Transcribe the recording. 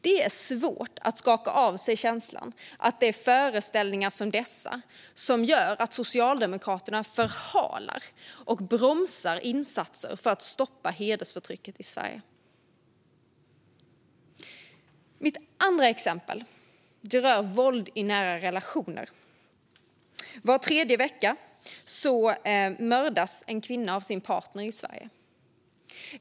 Det är svårt att skaka av sig känslan att det är föreställningar som dessa som gör att Socialdemokraterna förhalar och bromsar insatser för att stoppa hedersförtrycket i Sverige. Mitt andra exempel rör våld i nära relationer. Var tredje vecka mördas en kvinna av sin partner i Sverige.